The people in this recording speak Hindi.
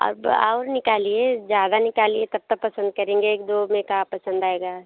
अब और निकालिए ज़्यादा निकालिए तब तो पसंद करेंगे एक दो में का पसंद आएगा